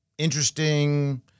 interesting